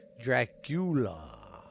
Dracula